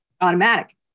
automatic